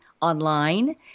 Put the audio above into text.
online